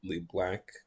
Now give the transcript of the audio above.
black